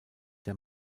der